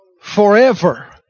forever